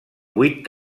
vuit